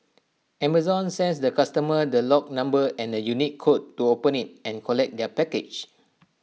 Amazon sends the customer the lock number and unique code to open IT and collect their package